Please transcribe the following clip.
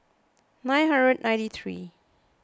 nine hundred ninety three